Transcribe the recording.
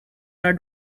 are